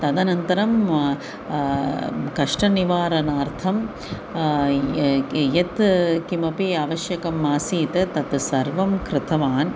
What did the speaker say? तदनन्तरं कष्टनिवारणार्थं य क् यत् किमपि आवश्यकम् आसीत् तत् सर्वं कृतवान्